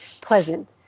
pleasant